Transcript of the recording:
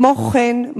כמו כן,